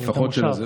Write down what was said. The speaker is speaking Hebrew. את המושב.